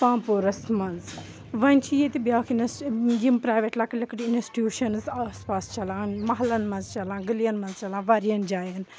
پامپورَس منٛز وۄنۍ چھِ ییٚتہِ بیٛاکھ یِم پرٛایویٹ لۄکٕٹۍ لۄکٕٹۍ اِنَسٹیوٗشَنٕز آس پاس چَلان مَحلَن مَنٛز چَلان گٔلیَن مَنٛز چَلان واریاہَن جایَن